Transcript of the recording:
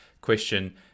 question